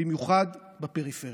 במיוחד בפריפריה.